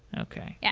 okay. yeah